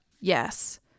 Yes